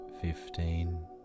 fifteen